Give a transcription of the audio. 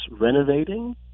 renovating